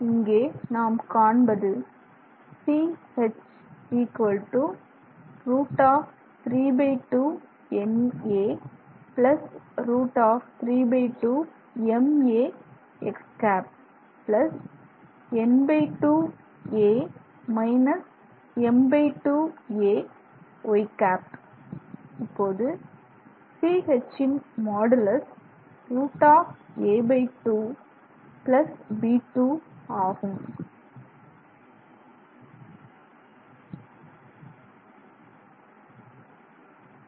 இங்கே நாம் காண்பது Ch √32na√32ma x ̂ n2 a m2 a y ̂ இப்போது Ch ன் மாடுலஸ் 2 √a2b2 ஆகும்